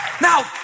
Now